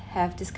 to have this